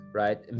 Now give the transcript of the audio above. right